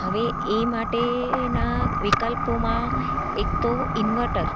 હવે એ માટેના વિકલ્પોમાં એક તો ઈન્વર્ટર